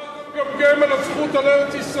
למה אתה מגמגם על הזכות על ארץ-ישראל?